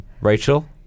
Rachel